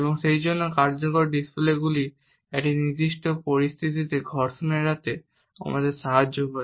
এবং সেইজন্য কার্যকর ডিসপ্লেগুলি একটি নির্দিষ্ট পরিস্থিতিতে ঘর্ষণ এড়াতে আমাদের সাহায্য করে